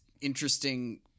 interesting